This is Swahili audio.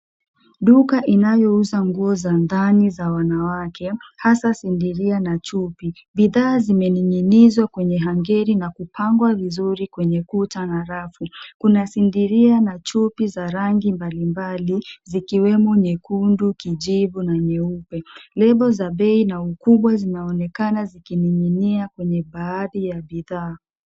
Duka inayouza nguo za ndani za wanawake hasa sindiria na chupi. Bidhaa zimening'inizwa kwenye ankeri na kupangwa vizuri kwenye kuta na rafu. Kuna sindiria na chupi za rangi mbalimbali zikiwemo nyekundu, kijivu na nyeupe. Lebo za bei na ukubwa zinaonekana zikining'inia kwenye baadhi ya bidhaa.